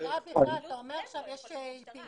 אומר שעכשיו יש שינוי.